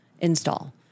install